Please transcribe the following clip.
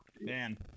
Man